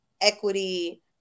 equity